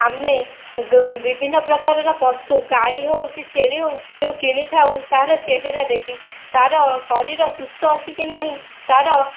ଆମେ ବିଭିନ୍ନ ପ୍ରକାରର ପଶୁ ଗାଈ ହେଉ କି ଛେଳି ହେଉ ଯୋଉ କିଣିଥାଉ ତାହାର ଚେହେରା ଦେଖି ତା'ର ଶରୀର ସୁସ୍ଥ ଅଛି କି ନାହିଁ ତା'ର